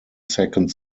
second